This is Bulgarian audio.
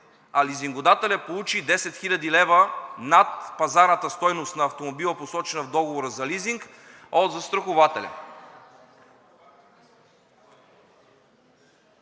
а лизингодателят получи 10 хил. лв. над пазарната стойност на автомобила, посочена в договора за лизинг, от застрахователя.